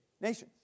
nations